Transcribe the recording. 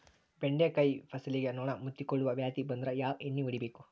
ಬೆಂಡೆಕಾಯ ಫಸಲಿಗೆ ನೊಣ ಮುತ್ತಿಕೊಳ್ಳುವ ವ್ಯಾಧಿ ಬಂದ್ರ ಯಾವ ಎಣ್ಣಿ ಹೊಡಿಯಬೇಕು?